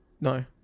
No